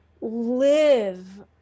live